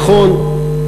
נכון,